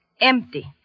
Empty